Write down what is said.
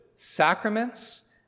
Sacraments